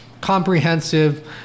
comprehensive